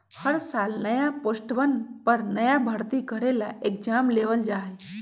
हर साल नया पोस्टवन पर नया भर्ती करे ला एग्जाम लेबल जा हई